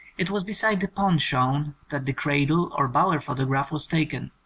it was beside the pond shown that the cradle or bower photograph was taken.